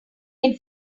can